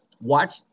Watch